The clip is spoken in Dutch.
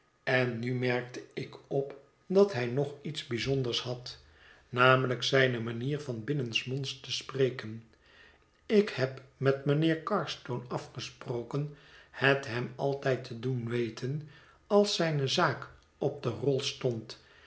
en nu merkte ik op dat hij nog iets bijzonders had namelijk zijne manier van binnensmonds te spreken ik heb met mijnheer carstone afgesproken het hem altijd te doen weten als zijne zaak op de rol stond